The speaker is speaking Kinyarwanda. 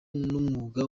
n’umwuga